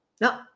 No